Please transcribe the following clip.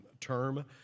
term